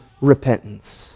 repentance